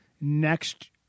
next